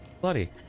Bloody